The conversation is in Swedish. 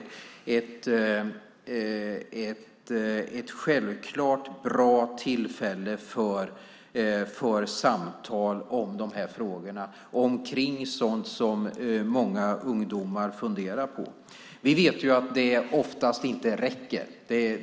Det är självfallet ett bra tillfälle för samtal om de här frågorna och om sådant som många ungdomar funderar på. Vi vet att det oftast inte räcker.